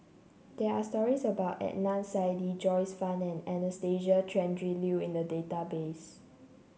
there are stories about Adnan Saidi Joyce Fan and Anastasia Tjendri Liew in the database